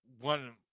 one